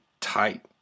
tight